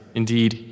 indeed